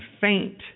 faint